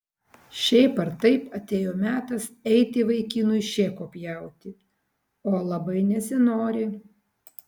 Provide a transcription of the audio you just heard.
šiaip ar taip atėjo metas eiti vaikinui šėko pjauti o labai nesinori